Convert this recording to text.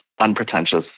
unpretentious